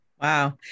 Wow